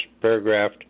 paragraph